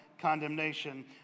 condemnation